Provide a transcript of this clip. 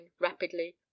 rapidly